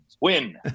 win